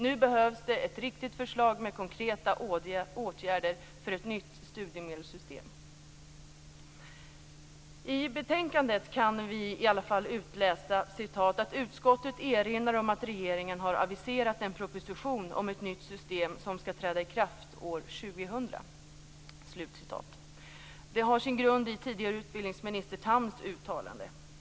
Nu behövs det ett riktigt förslag med konkreta åtgärder för ett nytt studiemedelssystem. I betänkandet kan vi i alla fall läsa att utskottet "erinrar om att regeringen har aviserat en proposition om ett nytt system som skall träda i kraft år 2000". Detta har sin grund i tidigare utbildningsminister Thams uttalande.